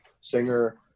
singer